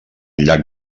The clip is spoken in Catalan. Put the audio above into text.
llac